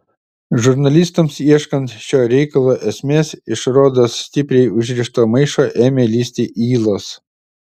žurnalistams ieškant šio reikalo esmės iš rodos stipriai užrišto maišo ėmė lįsti ylos